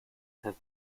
have